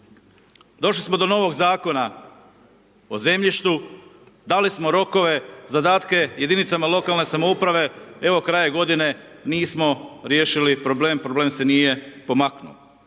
Došli smo do novog Zakona o zemljištu, dali smo rokove, zadatke jedinicama lokalne samouprave, evo kraj je godine, nismo riješili problem, problem se nije pomaknuo.